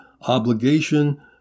obligation